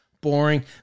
boring